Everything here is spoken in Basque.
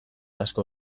asko